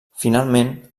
finalment